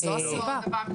זו הסיבה.